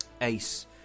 Ace